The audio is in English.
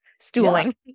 stooling